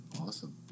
awesome